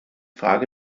frage